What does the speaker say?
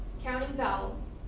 counting vowels.